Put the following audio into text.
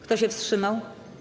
Kto się wstrzymał?